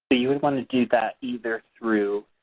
but you would want to do that either through